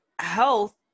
health